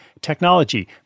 technology